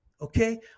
okay